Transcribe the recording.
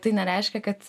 tai nereiškia kad